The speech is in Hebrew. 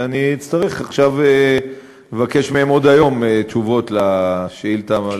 אני אצטרך עכשיו לבקש מהם עוד היום תשובות על הנסיבות.